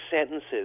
sentences